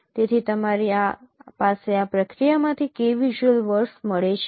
તેથી તમારી પાસે આ પ્રક્રિયામાંથી K વિઝ્યુઅલ વર્ડસ મળે છે